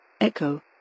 Echo